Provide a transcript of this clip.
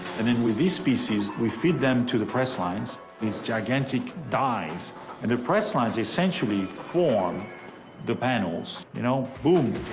and then with these species we feed them to the press lines this gigantic dies and the press lines essentially form the panels you know. boom!